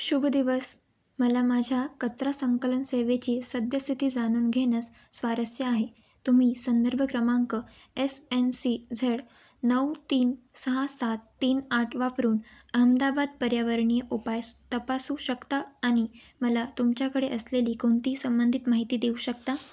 शुभदिवस मला माझ्या कचरा संकलन सेवेची सद्यस्थिती जाणून घेण्यास स्वारस्य आहे तुम्ही संदर्भ क्रमांक एस एन सी झेड नऊ तीन सहा सात तीन आठ वापरून अहमदाबाद पर्यावरणीय उपायस तपासू शकता आणि मला तुमच्याकडे असलेली कोणतीही संबंधित माहिती देऊ शकता